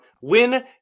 Win